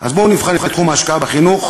אז בואו נבחן את תחום ההשקעה בחינוך.